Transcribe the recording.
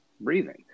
breathing